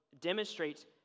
demonstrates